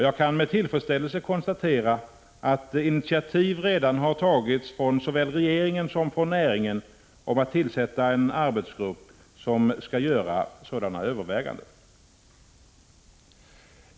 Jag kan med tillfredsställelse konstatera att initiativ redan tagits såväl från regeringen som från näringen om tillsättande av en arbetsgrupp som skall göra sådana överväganden.